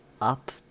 up